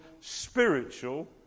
spiritual